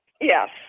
Yes